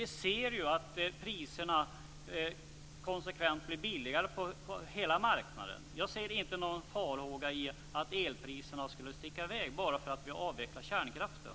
Vi ser att priserna konstant blir billigare på hela marknaden. Vi hyser inga farhågor för att elpriserna skulle sticka i väg bara därför att vi avvecklar kärnkraften.